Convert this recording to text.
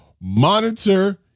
monitor